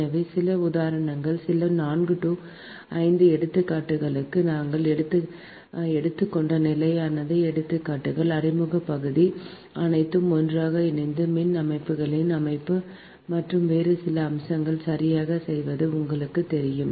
எனவே சில உதாரணங்கள் சில 4 5 எடுத்துக்காட்டுகளுக்கு நாங்கள் எடுத்துக் கொண்ட நிலையான எடுத்துக்காட்டுகள் அறிமுகப் பகுதி அனைத்தும் ஒன்றாக இணைந்து மின் அமைப்புகளின் அமைப்பு மற்றும் வேறு சில அம்சங்களைச் சரியாகச் செய்வது உங்களுக்குத் தெரியும்